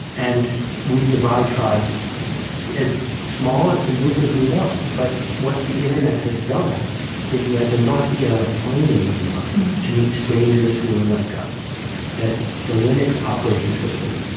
and we divide tribes as small a group as we want. but what the internet has done is meant that we don't have to get on a plane anymore to meet strangers who are like us the linux operating system,